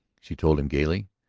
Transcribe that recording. she told him gayly.